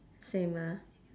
same ah